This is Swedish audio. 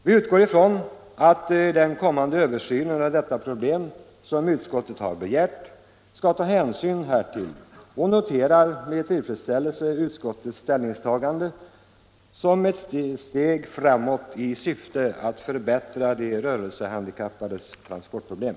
Vi utgår ifrån att man vid den kommande översyn av detta problem som utskottet har begärt skall ta hänsyn härtill, och vi noterar med tillfredsställelse utskottets ställningstagande som ett steg framåt i syfte att förbättra de rörelsehandikappades transportproblem.